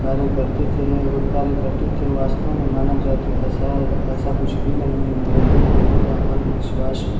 कार्य करते थे ये कार्य करते थे वास्तव में माना जाए तो ऐसा ऐसा कुछ भी नहीं है ये लोगों का अन्धविश्वास